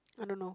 I don't know